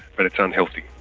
but it's unhealthy.